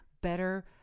better